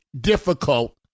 difficult